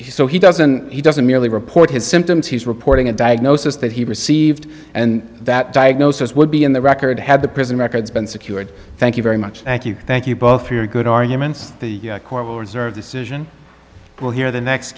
he so he doesn't he doesn't merely report his symptoms he's reporting a diagnosis that he received and that diagnosis would be in the record had the prison records been secured thank you very much thank you thank you both for your good arguments the court will reserve decision will hear the next